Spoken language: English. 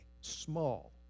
Small